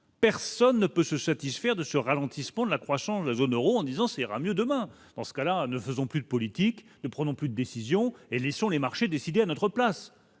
personne ne peut se satisfaire de ce ralentissement de la croissance de la zone Euro en disant : ça ira mieux demain, dans ce cas-là, ne faisons plus de politique ne prenons plus de décisions et laissant les marchés décider à notre place,